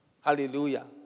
hallelujah